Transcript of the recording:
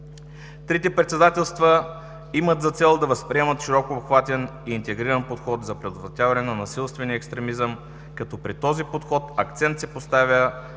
„Трите председателства имат за цел да възприемат широкообхватен, интегриран подход за предотвратяване на насилствения екстремизъм, като при този подход акцент се поставя и